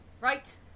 Right